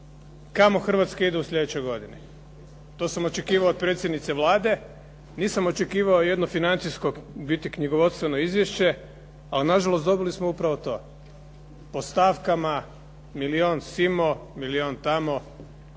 kamo Hrvatska ide u sljedećoj godini. To sam očekivao od predsjednice Vlade. Nisam očekivao jedno financijsko, u biti knjigovodstveno izvješće. Ali na žalost dobili smo upravo to, po stavkama milijun simo, milijun tamo.